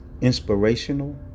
inspirational